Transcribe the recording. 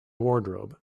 wardrobe